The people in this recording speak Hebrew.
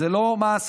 זה לא מעשה,